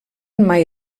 mai